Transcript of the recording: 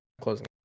Closing